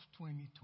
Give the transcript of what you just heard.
2020